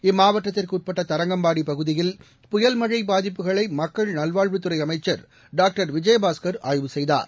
இம்மாவட்டத்திற்கு உட்பட்ட தரங்கம்பாடி பகுதியில் புயல் மழை பாதிப்புகளை மக்கள் நல்வாழ்வுத்துறை அமைச்சர் டாக்டர் விஜயபாஸ்கர் ஆய்வு செய்தார்